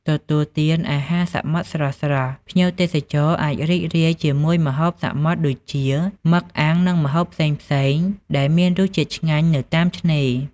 ទទួលទានអាហារសមុទ្រស្រស់ៗ ភ្ញៀវទេសចរអាចរីករាយជាមួយម្ហូបសមុទ្រដូចជា មឹកអាំង និងម្ហូបផ្សេងៗដែលមានរសជាតិឆ្ងាញ់ នៅតាមឆ្នេរ។